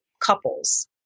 couples